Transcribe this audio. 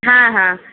ہاں ہاں